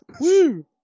Woo